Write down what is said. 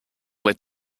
led